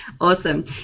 Awesome